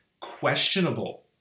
questionable